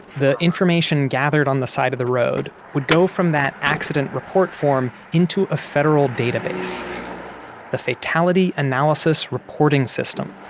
the information gathered on the side of the road would go from that accident report form into a federal database the fatality analysis reporting system